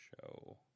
show